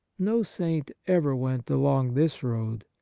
no saint ever went along this road.